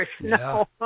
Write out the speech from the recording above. no